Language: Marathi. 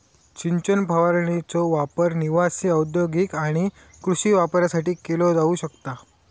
सिंचन फवारणीचो वापर निवासी, औद्योगिक आणि कृषी वापरासाठी केलो जाऊ शकता